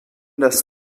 das